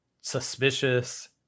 suspicious